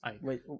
Wait